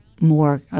more